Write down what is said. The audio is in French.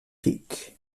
peak